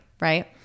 right